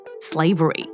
Slavery